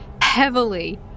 heavily